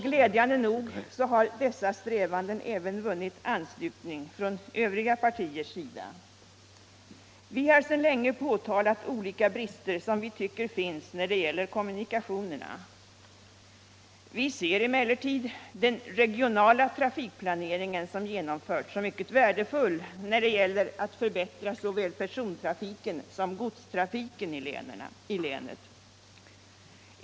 Glädjande nog har dessa strävanden även vunnit anslutning från övriga partier. Vi har sedan länge påtalat olika brister i kommunikationerna. Vi ser emellertid den regionala trafikplanering som genomförts som mycket värdefull när det gäller att förbättra såväl persontrafiken som godstrafiken i länet.